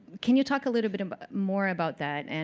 can you talk a little bit and but more about that? and